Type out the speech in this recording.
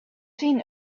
seen